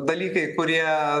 dalykai kurie